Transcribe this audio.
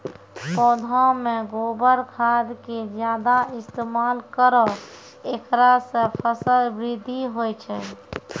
पौधा मे गोबर खाद के ज्यादा इस्तेमाल करौ ऐकरा से फसल बृद्धि होय छै?